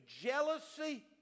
jealousy